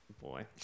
boy